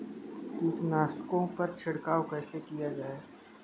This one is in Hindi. कीटनाशकों पर छिड़काव कैसे किया जाए?